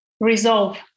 resolve